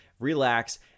relax